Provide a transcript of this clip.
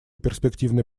перспективной